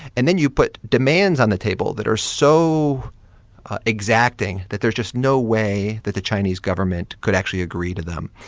and then you put demands on the table that are so exacting that there's just no way that the chinese government could actually agree to them?